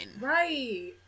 Right